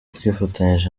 twifatanyije